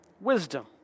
wisdom